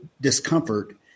discomfort